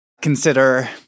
consider